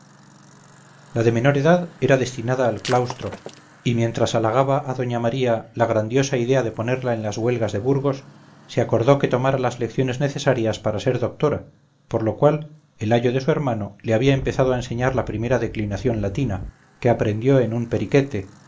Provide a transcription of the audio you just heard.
la de menor edad era destinada al claustro y mientras halagaba a doña maría la grandiosa idea de ponerla en las huelgas de burgos se acordó que tomara las lecciones necesarias para ser doctora por lo cual el ayo de su hermano le había empezado a enseñar la primera declinación latina que aprendió en un periquete